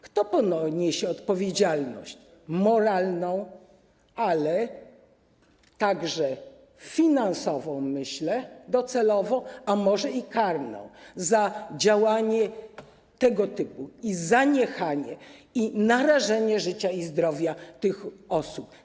Kto poniesie odpowiedzialność moralną, ale także finansową, jak myślę, docelowo, a może i karną za działanie tego typu i zaniechanie, i narażenie życia i zdrowia tych osób?